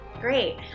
Great